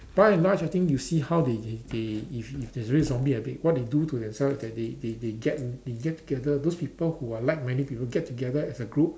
by and large I think you see how they they they if if there's really a zombie outbreak what they do to themselves that they they they get they get together those people who are like minded people get together as a group